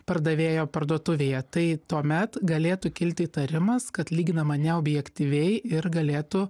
pardavėjo parduotuvėje tai tuomet galėtų kilti įtarimas kad lyginama neobjektyviai ir galėtų